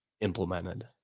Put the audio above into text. implemented